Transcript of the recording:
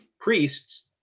Priests